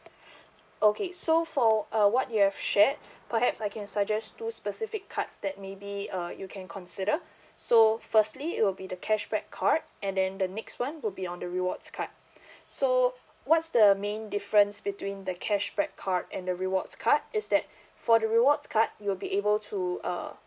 okay so for uh what you have shared perhaps I can suggest two specific cards that maybe uh you can consider so firstly it will be the cashback card and then the next one will be on the rewards card so what's the main difference between the cashback card and the rewards card is that for the rewards card you will be able to uh